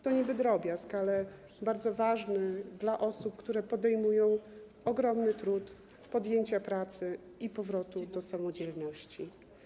To niby drobiazg, ale bardzo ważny dla osób, które podejmują ogromny trud znalezienia pracy i powrotu do samodzielności.